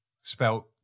Spelt